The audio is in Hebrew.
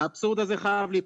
האבסורד הזה חייב להיפסק,